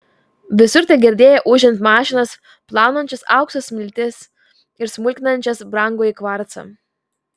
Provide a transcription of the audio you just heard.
visur tegirdėjai ūžiant mašinas plaunančias aukso smiltis ir smulkinančias brangųjį kvarcą